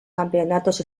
campeonatos